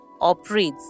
operates